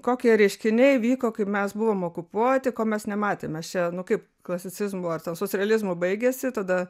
kokie reiškiniai vyko kai mes buvom okupuoti ko mes nematėm mes čia nu kaip klasicizmu ar ten socrealizmu baigėsi tada